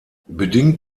bedingt